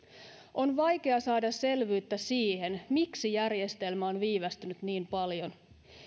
on vaikea saada selvyyttä siihen miksi järjestelmä on viivästynyt niin paljon